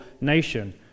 nation